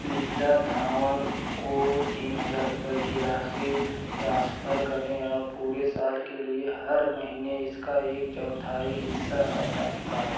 लीला धवन को तीन हज़ार रुपये की राशि ट्रांसफर करने और पूरे साल के लिए हर महीने इसका एक चौथाई हिस्सा स्वतः चुकाऍं